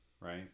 right